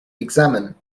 examine